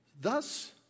Thus